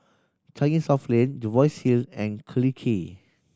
Changi South Lane Jervois Hill and Collyer Quay